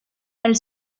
elle